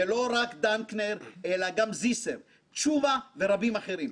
ולא רק דנקנר, אלא גם זיסר, תשובה ורבים אחרים.